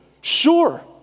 sure